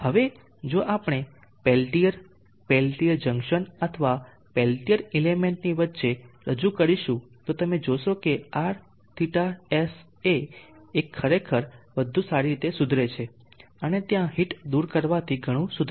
હવે જો આપણે પેલ્ટીઅર પેલ્ટીયર જંકશન અથવા પેલ્ટીઅર એલિમેન્ટની વચ્ચે રજૂ કરીશું તો તમે જોશો કે Rθsa ખરેખર વધુ સારી રીતે સુધરે છે અને ત્યાં હીટ દૂર કરવાથી ઘણું સુધર્યું છે